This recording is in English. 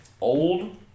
old